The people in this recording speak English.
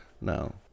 No